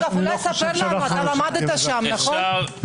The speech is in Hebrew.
אתה למדת באנגליה, נכון?